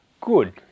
good